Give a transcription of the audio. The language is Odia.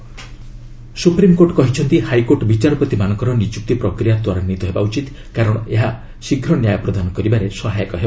ସୁପ୍ରିମକୋର୍ଟ ଜେସ୍ ସୁପ୍ରିମକୋର୍ଟ କହିଛନ୍ତି ହାଇକୋର୍ଟ ବିଚାରପତିମାନଙ୍କର ନିଯୁକ୍ତି ପ୍ରକ୍ରିୟା ତ୍ୱରାନ୍ୱିତ ହେବା ଉଚିତ କାରଣ ଏହା ଶୀଘ୍ର ନ୍ୟାୟ ପ୍ରଦାନ କରିବାରେ ସହାୟକ ହେବ